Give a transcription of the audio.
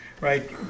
right